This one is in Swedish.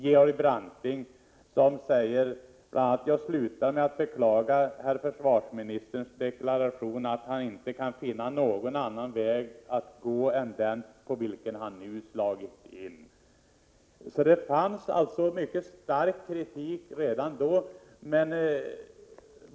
Georg Branting sade bl.a.: ”Jag slutar med att beklaga herr försvarsministerns deklaration, att han inte kan finna någon annan väg att gå än den, på vilken han nu slagit in.” Det fanns alltså redan då en mycket stark kritik.